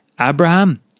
Abraham